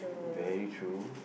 very true